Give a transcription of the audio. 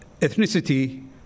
ethnicity